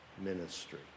ministry